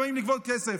ובאים לגבות כסף.